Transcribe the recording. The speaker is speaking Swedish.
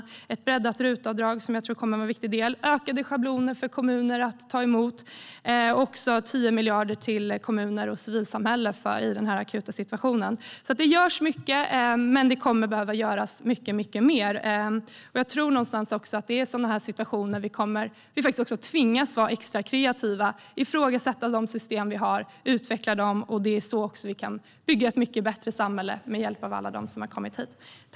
Det gäller ett breddat RUT-avdrag, som jag tror kommer att vara en viktig del, ökade schabloner för kommuner när det gäller att ta emot asylsökande och 10 miljarder till kommuner och civilsamhälle i denna akuta situation. Det görs alltså mycket, men det kommer att behöva göras mycket mer. Jag tror någonstans att det är i sådana här situationer vi tvingas att vara extra kreativa och ifrågasätta de system vi har och utveckla dem. Det är också så vi kan bygga ett mycket bättre samhälle med hjälp av alla dem som har kommit hit.